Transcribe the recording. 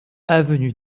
avenue